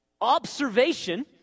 observation